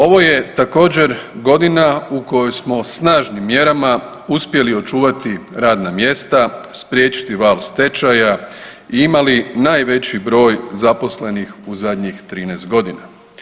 Ovo je također godina u kojoj smo snažnim mjerama uspjeli očuvati radna mjesta, spriječiti val stečaja i imali najveći broj zaposlenih u zadnjih 13 godina.